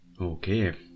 Okay